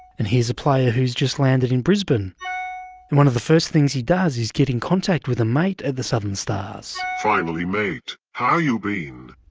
and here's a player who's just landed in brisbane, and one of the first things he does is get in contact with a mate at the southern starsvoice-over finally mate! how you been?